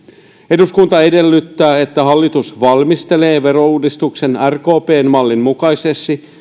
eduskunta edellyttää että hallitus valmistelee verouudistuksen rkpn mallin mukaisesti